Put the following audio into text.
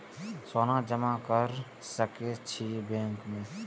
सोना जमा कर सके छी बैंक में?